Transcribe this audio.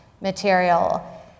material